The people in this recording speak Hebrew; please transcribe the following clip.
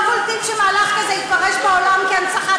אתם לא קולטים שמהלך כזה יתפרש בעולם כהנצחת